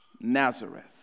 Nazareth